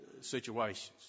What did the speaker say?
situations